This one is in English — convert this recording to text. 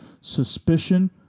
suspicion